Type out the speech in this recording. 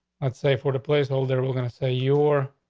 let's say for the placeholder, we're gonna say you're